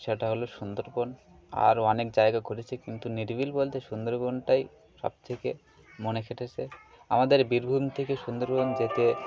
সেটা হলো সুন্দরবন আরও অনেক জায়গা ঘুরেছি কিন্তু নিরবিলি বলতে সুন্দরবনটাই সব থেকে মনে কেটেছে আমাদের বীরভূম থেকে সুন্দরবন যেতে